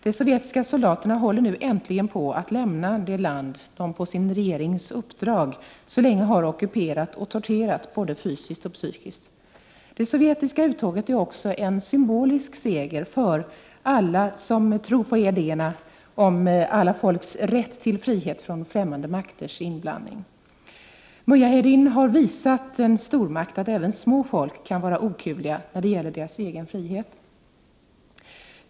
De sovjetiska soldaterna håller nu äntligen på att lämna det land som de på sin regerings uppdrag så länge har ockuperat och torterat, både fysiskt och psykiskt. Det sovjetiska uttåget är också en symbolisk seger för alla som tror på idéerna om varje folks rätt till frihet från ffrämmande makters inblandning. Mujahedin har visat att även ett litet folk kan vara okuvligt när det gäller den egna friheten.